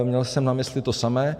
Měl jsem na mysli to samé.